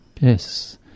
Yes